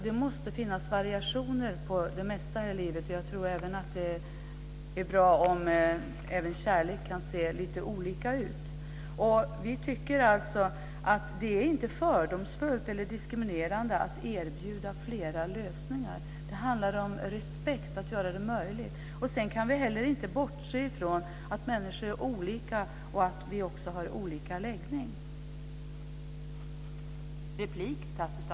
Det måste finnas variationer på det mesta här i livet. Jag tror att det är bra om även kärlek kan se lite olika ut. Vi tycker att det inte är fördomsfullt eller diskriminerande att erbjuda flera lösningar. Det handlar om respekt att göra det möjligt. Vi kan inte heller bortse ifrån att människor är olika och att vi också har olika läggning.